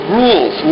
rules